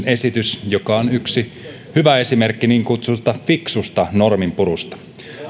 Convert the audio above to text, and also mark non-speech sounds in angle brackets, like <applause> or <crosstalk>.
<unintelligible> esitys joka on yksi hyvä esimerkki niin kutsutusta fiksusta norminpurusta